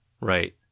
Right